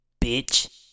Bitch